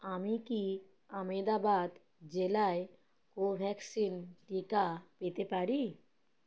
আমি কি আমেদাবাদ জেলায় কোভ্যাক্সিন টিকা পেতে পারি